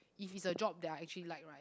if is a job that I actually like right